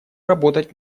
работать